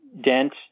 Dent